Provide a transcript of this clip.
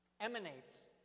emanates